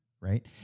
right